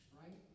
right